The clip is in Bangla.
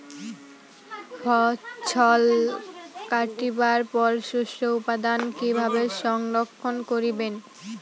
ফছল কাটিবার পর শস্য উৎপাদন কিভাবে সংরক্ষণ করিবেন?